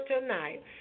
tonight